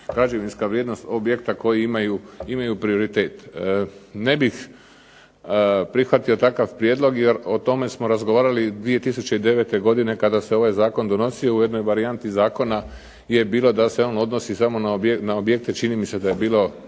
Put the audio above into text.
građevinska vrijednost objekta koji imaju prioritet. Ne bih prihvatio takav prijedlog jer o tome smo razgovarali 2009. godine kada se ovaj zakon donosio. U jednoj varijanti zakona je bilo da se on odnosi samo na objekte, čini mi se da je bilo